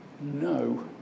No